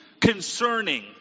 concerning